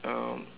um